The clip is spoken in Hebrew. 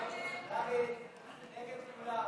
ההסתייגות (6) של קבוצת סיעת יש עתיד וקבוצת סיעת